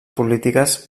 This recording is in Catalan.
polítiques